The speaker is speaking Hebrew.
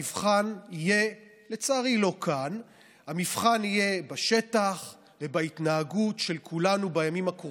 ראש הממשלה מדבר כל כך הרבה על המשמעת ועל האחריות,